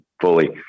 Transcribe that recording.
fully